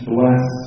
Bless